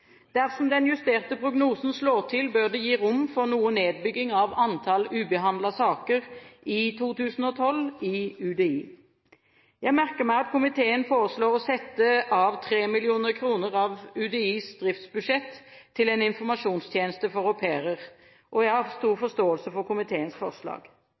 Dersom den justerte prognosen slår til, bør det gi rom for noe nedbygging av antallet ubehandlede saker i 2012 i UDI. Jeg merker meg at komiteen foreslår å sette av 3 mill. kr av UDIs driftsbudsjett til en informasjonstjeneste for au pairer. Jeg har stor forståelse for komiteens forslag.